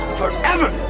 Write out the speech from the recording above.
forever